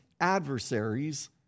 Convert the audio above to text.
adversaries